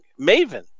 maven